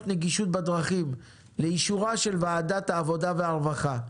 הנגישות בדרכים לאישור ועדת העבודה והרווחה.